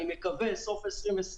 שאני מקווה שימומש בסוף 2020,